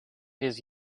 his